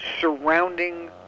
surrounding